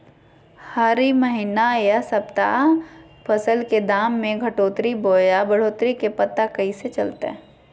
हरी महीना यह सप्ताह फसल के दाम में घटोतरी बोया बढ़ोतरी के पता कैसे चलतय?